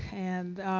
and,